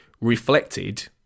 reflected